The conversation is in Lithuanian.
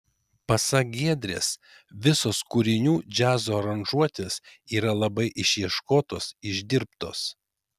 pasak giedrės visos kūrinių džiazo aranžuotės yra labai išieškotos išdirbtos